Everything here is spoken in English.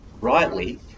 rightly